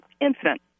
incident